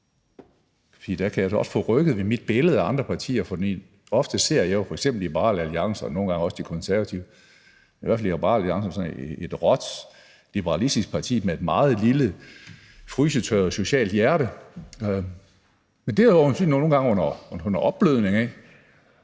her, kan jeg da også få rykket ved mit billede af andre partier, for jeg ser jo ofte Liberal Alliance og også nogle gange De Konservative – i hvert fald Liberal Alliance – som et råt liberalistisk parti med et meget lille frysetørret socialt hjerte. Men det er øjensynligt nogle gange under optøning.